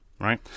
right